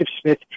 Smith